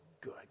good